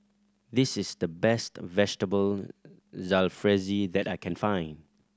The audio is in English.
this is the best Vegetable Jalfrezi that I can find